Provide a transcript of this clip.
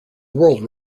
world